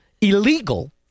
illegal